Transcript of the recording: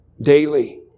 Daily